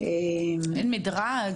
אין מדרג?